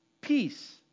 peace